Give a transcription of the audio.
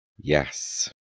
Yes